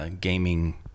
gaming